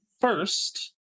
first